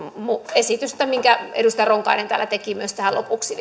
esitystä minkä edustaja ronkainen täällä teki vielä tähän lopuksi